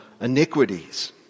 iniquities